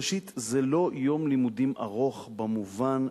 ראשית, זה לא יום לימודים ארוך במובן,